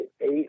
Eight